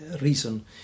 reason